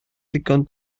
ddigon